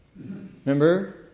Remember